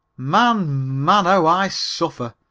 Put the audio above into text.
man! man! how i suffer!